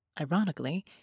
Ironically